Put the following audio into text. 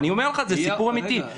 אני אומר לך, זה סיפור אמיתי.